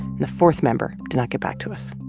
and the fourth member did not get back to us.